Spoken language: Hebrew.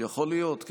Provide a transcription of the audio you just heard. יכול להיות.